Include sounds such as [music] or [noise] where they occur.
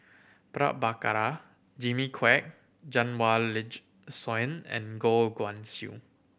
Prabhakara Jimmy Quek [unintelligible] Soin and Goh Guan Siew